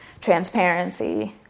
transparency